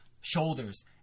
shoulders